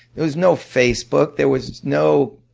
there was no facebook, there was no